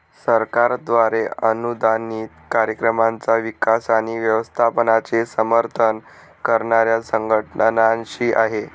सरकारद्वारे अनुदानित कार्यक्रमांचा विकास आणि व्यवस्थापनाचे समर्थन करणाऱ्या संघटनांसाठी आहे